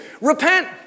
repent